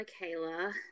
Michaela